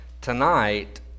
Tonight